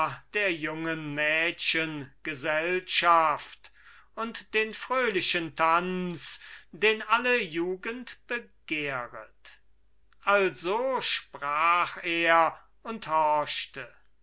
der jungen mädchen gesellschaft und den fröhlichen tanz den alle jugend begehret also sprach er und horchte